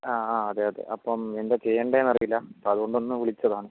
ആ ആ അതെ അതെ അപ്പം എന്താണ് ചെയ്യേണ്ടത് എന്ന് അറിയില്ല അപ്പോൾ അതുകൊണ്ട് ഒന്ന് വിളിച്ചതാണ്